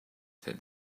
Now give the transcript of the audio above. that